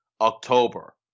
October